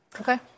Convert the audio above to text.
Okay